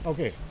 Okay